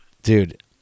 Dude